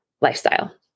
lifestyle